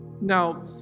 Now